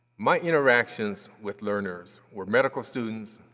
my interactions with learners were medical students,